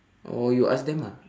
or you ask them ah